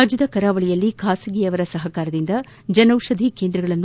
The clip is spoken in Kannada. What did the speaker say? ರಾಜ್ಯದ ಕರಾವಳಿಯಲ್ಲಿ ಖಾಸಗಿಯವರ ಸಹಕಾರದಿಂದ ಜನೌಷಧಿ ಕೇಂದ್ರಗಳನ್ನು